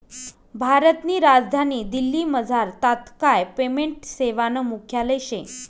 भारतनी राजधानी दिल्लीमझार तात्काय पेमेंट सेवानं मुख्यालय शे